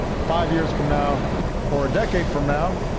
five years from now or a decade from now,